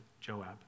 Joab